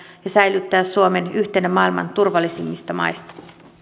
ja säilyttää suomen yhtenä maailman turvallisimmista maista